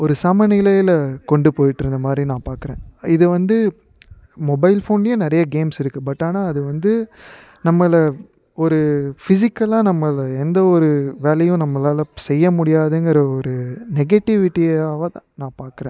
ஒரு சமநிலையில் கொண்டு போயிகிட்டு இருந்தமாதிரி நான் பார்க்குறேன் இது வந்து மொபைல் ஃபோன்லயே நிறைய கேம்ஸ் இருக்கு பட் ஆனால் அது வந்து நம்மளை ஒரு ஃபிசிகலா நம்மளை எந்தவொரு வேலையும் நம்மளால் செய்யமுடியாதுங்கிற ஒரு நெகட்டிவிட்டியாகதான் நான் பார்க்குறேன்